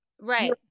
Right